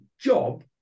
job